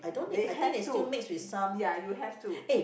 they have to ya you have to